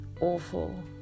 awful